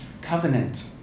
covenant